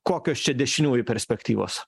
kokios čia dešiniųjų perspektyvos